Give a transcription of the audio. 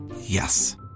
Yes